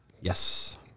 Yes